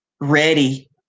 ready